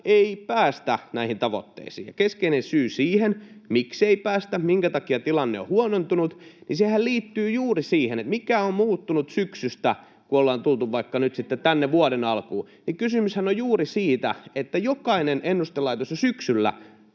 syyttäkö hallitusta siitä!] Ja keskeinen syy siihen, miksi ei päästä, minkä takia tilanne on huonontunut, liittyy juuri siihen, mikä on muuttunut syksystä, kun ollaan tultu vaikka nyt sitten tänne vuoden alkuun. [Miko Bergbom: Ennusteet!] Kysymyshän on juuri siitä, että jokainen ennustelaitos jo syksyllä,